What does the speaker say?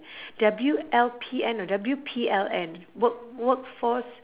W_L_P_N or W_P_L_N work workforce